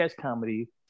comedy